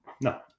No